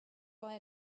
why